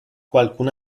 qualcun